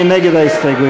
מי נגד ההסתייגויות?